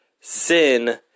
Sin